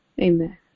Amen